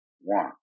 one